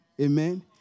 Amen